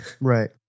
Right